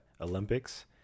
Olympics